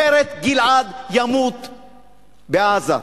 אחרת גלעד ימות בעזה.